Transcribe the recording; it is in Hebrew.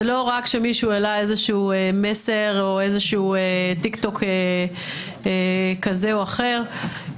זה לא רק שמישהו העלה איזשהו מסר או איזשהו טיק-טוק כזה או אחר,